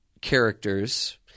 characters